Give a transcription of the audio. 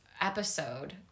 episode